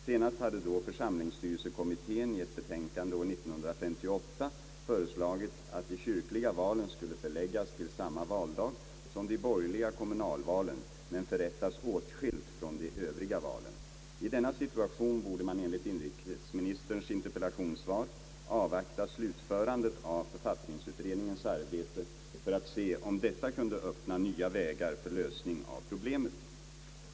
Senast hade då församlingsstyrelsekommittén i ett betänkande år 1958 föreslagit, att de kyrkliga valen skulle förläggas till samma valdag som de borgerliga kommunalvalen men förrättas åtskilt från de övriga valen, I denna situation borde man enligt inrikesministerns interpellationssvar avvakta slutförandet av författningsutredningens arbete för att se, om detta kunde öppna nya vägar för lösning av problemet.